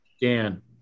Dan